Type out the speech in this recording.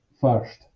first